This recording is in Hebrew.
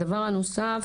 הדבר הנוסף